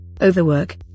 overwork